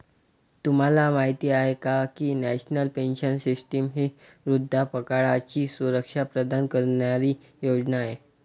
तुम्हाला माहिती आहे का की नॅशनल पेन्शन सिस्टीम ही वृद्धापकाळाची सुरक्षा प्रदान करणारी योजना आहे